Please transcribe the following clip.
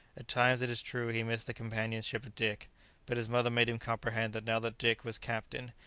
at times, it is true, he missed the companionship of dick but his mother made him comprehend that now that dick, was captain,